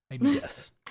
Yes